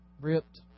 Ripped